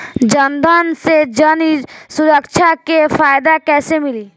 जनधन से जन सुरक्षा के फायदा कैसे मिली?